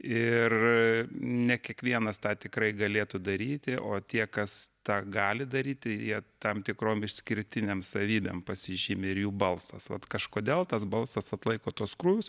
ir ne kiekvienas tą tikrai galėtų daryti o tie kas tą gali daryti jie tam tikrom išskirtinėm savybėm pasižymi ir jų balsas vat kažkodėl tas balsas atlaiko tuos krūvius